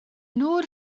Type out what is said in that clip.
nod